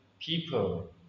people